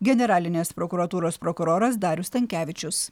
generalinės prokuratūros prokuroras darius stankevičius